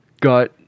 got